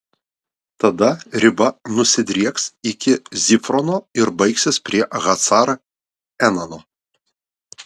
tada riba nusidrieks iki zifrono ir baigsis prie hacar enano